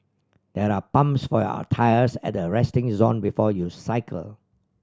there are pumps for your tyres at the resting zone before you cycle